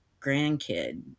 grandkid